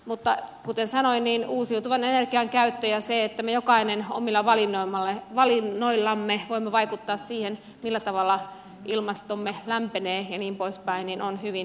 mutta kuten sanoin uusituvan energian käyttö ja se että me jokainen omilla valinnoillamme voimme vaikuttaa siihen millä tavalla ilmastomme lämpenee ja niin poispäin on hyvin tärkeää